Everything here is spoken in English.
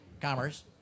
commerce